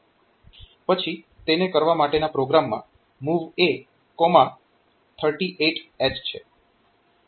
પછી તેને કરવા માટેના પ્રોગ્રામમાં MOV A38H છે